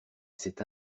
s’est